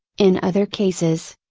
in other cases,